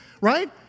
right